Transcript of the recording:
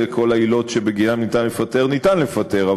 כל העילות שבגינן אפשר לפטר,